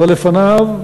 אבל לפניו,